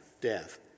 death